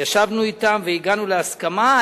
ישבנו אתם והגענו להסכמה.